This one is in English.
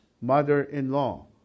mother-in-law